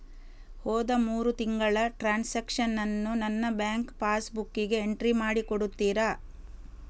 ಹೋದ ಮೂರು ತಿಂಗಳ ಟ್ರಾನ್ಸಾಕ್ಷನನ್ನು ನನ್ನ ಬ್ಯಾಂಕ್ ಪಾಸ್ ಬುಕ್ಕಿಗೆ ಎಂಟ್ರಿ ಮಾಡಿ ಕೊಡುತ್ತೀರಾ?